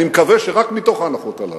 אני מקווה שרק מתוך ההנחות הללו,